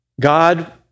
God